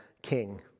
king